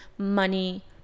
Money